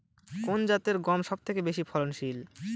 কোন জাতের গম সবথেকে বেশি ফলনশীল?